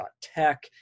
.tech